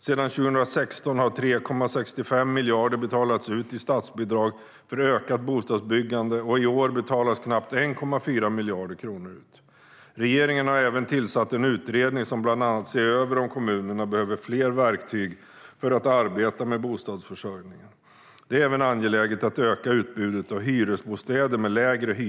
Sedan 2016 har 3,65 miljarder kronor betalats ut i statsbidrag för ökat bostadsbyggande, och i år betalas knappt 1,40 miljarder kronor ut. Regeringen har även tillsatt en utredning som bland annat ser över om kommunerna behöver fler verktyg för att arbeta med bostadsförsörjningen. Det är även angeläget att öka utbudet av hyresbostäder med lägre hyra.